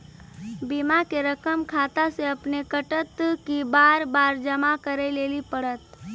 बीमा के रकम खाता से अपने कटत कि बार बार जमा करे लेली पड़त?